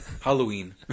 Halloween